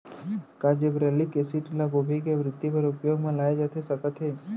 का gibberellic acid ल गोभी के वृद्धि बर उपयोग म लाये जाथे सकत हे?